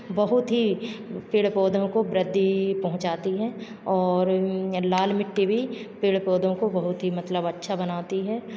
बहुत ही पेड़ पौधों को वृद्धि पहुंचाती है और लाल मिट्टी भी पेड़ पौधों को बहुत ही मतलब अच्छा बनाती है